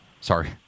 Sorry